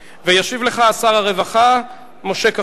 וישיב לך שר הרווחה משה כחלון.